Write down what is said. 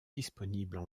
disponibles